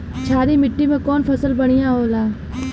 क्षारीय मिट्टी में कौन फसल बढ़ियां हो खेला?